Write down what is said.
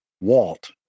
Walt